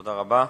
תודה רבה.